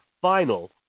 final